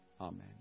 Amen